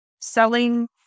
selling